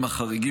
הנוכחי.